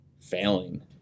failing